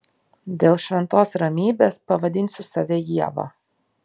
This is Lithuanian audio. dėl šventos ramybės pavadinsiu save ieva